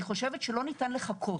אני חושבת שלא ניתן לחכות,